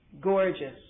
gorgeous